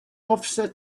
officer